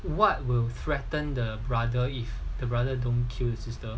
what will threaten the brother if the brother don't kill the sister